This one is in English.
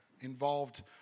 involved